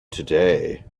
today